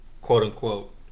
quote-unquote